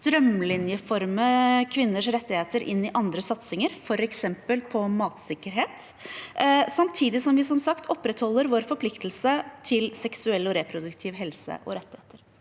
strømlinjeforme kvinners rettigheter inn i andre satsinger, f.eks. på matsikkerhet, samtidig som vi som sagt opprettholder vår forpliktelse til seksuell og reproduktiv helse og seksuelle